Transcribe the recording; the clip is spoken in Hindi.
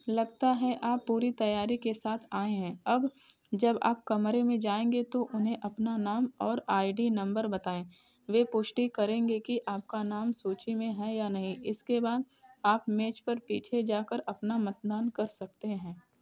लगता है आप पूरी तैयारी के साथ आए हैं अब जब आप कमरे में जाएँगे तो उन्हें अपना नाम और आई डी नम्बर बताएँ वे पुष्टि करेंगे कि आपका नाम सूची में है या नहीं इसके बाद आप मेज़ के पीछे जा कर अपना मतदान कर सकते हैं